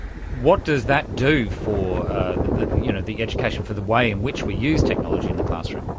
what does that do for the you know the education, for the way in which we use technology in the classroom?